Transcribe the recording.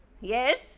Yes